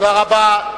תודה רבה.